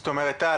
זאת אומרת טל,